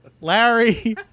Larry